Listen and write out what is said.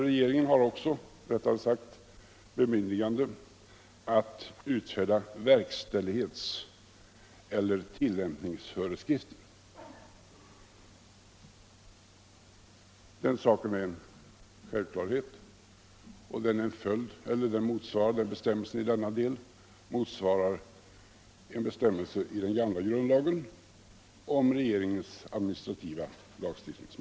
Regeringen kan också få bemyndigande att utfärda verkställighetseller tillämpningsföreskrifter. Den saken är en självklarhet, och bestämmelsen i denna del motsvarar en bestämmelse i den gamla grundlagen om regeringens administrativa lagstiftningsmakt.